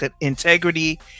integrity